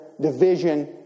division